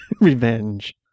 Revenge